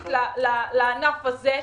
ספציפית לענף הזה.